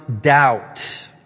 doubt